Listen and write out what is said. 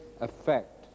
effect